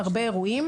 הרבה אירועים.